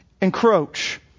encroach